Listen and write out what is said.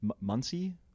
Muncie